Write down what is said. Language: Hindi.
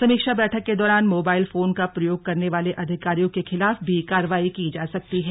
समीक्षा बैठक के दौरान मोबाइल फोन का प्रयोग करने वाले अधिकारियों के खिलाफ भी कार्रवाई की जा सकती है